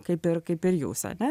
kaip ir kaip ir jūs ane